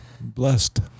blessed